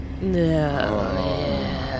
No